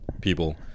people